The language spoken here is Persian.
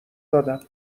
دادم